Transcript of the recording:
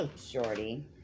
Shorty